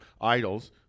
idols